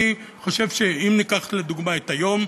אם ניקח לדוגמה את היום,